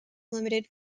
limited